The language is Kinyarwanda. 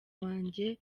wanjye